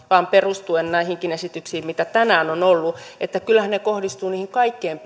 vain perustuen näihinkin esityksiin mitä tänään on ollut että kyllähän ne kohdistuvat niihin kaikkein